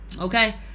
okay